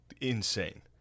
insane